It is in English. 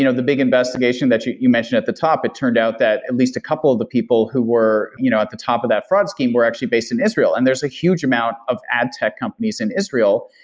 you know the big investigation that you you mentioned at the top, it turned out that at least a couple of the people who were you know at the top of that fraud scheme were actually based in israel, and there's a huge amount of ad tech companies in israel.